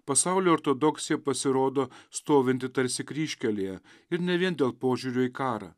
pasaulio ortodoksija pasirodo stovinti tarsi kryžkelėje ir ne vien dėl požiūrio į karą